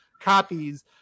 copies